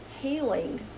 healing